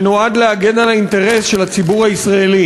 שנועד להגן על האינטרס של הציבור הישראלי